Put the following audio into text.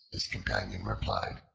his companion replied.